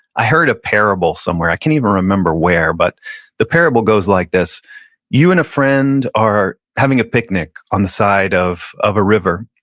i heard a parable somewhere, i can't even remember where, but the parable goes like this you and a friend are having a picnic on the side of of a river.